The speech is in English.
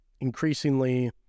increasingly